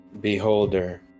beholder